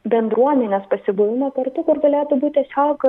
bendruomenės pasibuvimo kartu kur galėtų būt tiesiog